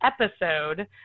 episode